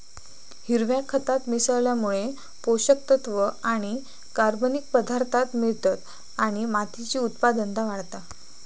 हिरव्या खताक मिसळल्यामुळे पोषक तत्त्व आणि कर्बनिक पदार्थांक मिळतत आणि मातीची उत्पादनता वाढता